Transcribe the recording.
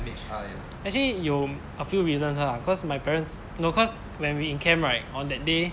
actually 有 a few reasons ah cause my parents no cause when we in camp right on that day